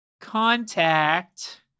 contact